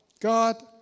God